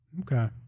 okay